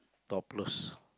topless